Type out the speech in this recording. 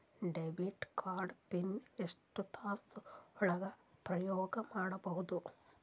Debit card pin ಎಷ್ಟ ತಾಸ ಒಳಗ ಉಪಯೋಗ ಮಾಡ್ಬಹುದು?